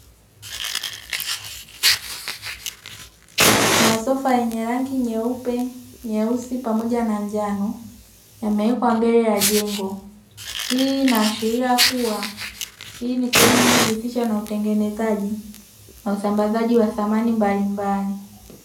Masofa yenye rangi nyeupe, nyeusi pamoja na njano yamewekwa mbele ya jengo. Hii inaashiria kuwa hii ni sehemu inayojihusisha na utengenezaji na usambazaji wa samani mbalimbali.